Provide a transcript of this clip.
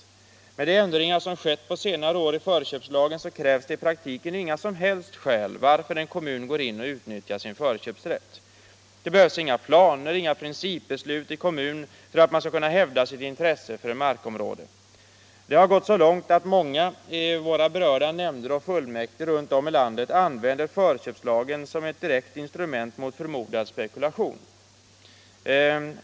Efter de ändringar som på senare år har skett i förköpslagen krävs det i praktiken inga som helst skäl till att en kommun går in och utnyttjar sin förköpsrätt. Det behövs inga planer, inga principbeslut i kommunen för att den skall kunna hävda sitt intresse för ett markområde. Det har gått så långt att många i våra berörda nämnder och fullmäktige runt om i landet använder förköpslagen som ett direkt instrument mot förmodad spekulation.